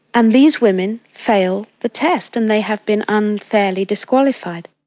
and these women fail the test, and they have been unfairly disqualified.